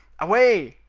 away!